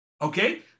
Okay